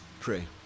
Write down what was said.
pray